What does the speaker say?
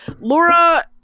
Laura